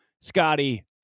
Scotty